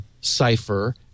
cipher